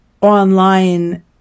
online